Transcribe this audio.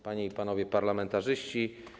Panie i Panowie Parlamentarzyści!